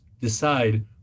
decide